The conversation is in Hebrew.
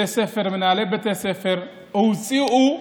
מנהלי בתי ספר הוציאו,